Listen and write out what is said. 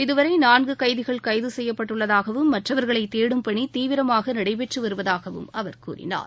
இதுவரை நான்கு கைதிகள் கைது செய்யப்பட்டுள்ளதாகவும் மற்றவர்களை தேடும் பணி தீவிரமாக நடைபெற்று வருவதாகவும் அவர் கூறினார்